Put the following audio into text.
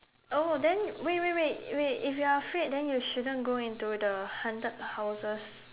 oh then wait wait wait wait if you're afraid then you shouldn't go into the haunted houses